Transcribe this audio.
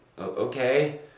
okay